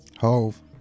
Hove